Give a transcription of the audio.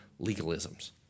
legalisms